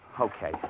Okay